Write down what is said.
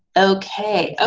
okay,